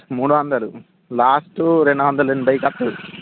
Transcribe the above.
మూడు వందలు లాస్ట్ రెండు వందల ఎనభైకి వస్తుంది